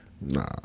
Nah